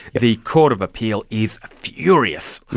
the court of appeal is furious.